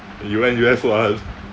you went U_S once